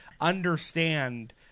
understand